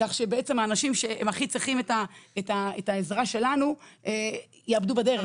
כך שהאנשים שהכי צריכים את העזרה שלנו יאבדו בדרך.